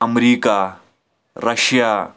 America Russia